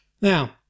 Now